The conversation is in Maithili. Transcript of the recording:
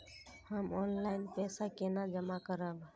हम ऑनलाइन पैसा केना जमा करब?